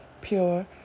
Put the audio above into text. pure